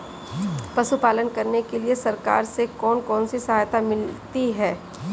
पशु पालन करने के लिए सरकार से कौन कौन सी सहायता मिलती है